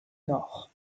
nord